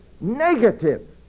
negative